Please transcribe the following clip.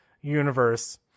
universe